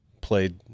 Played